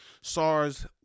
sars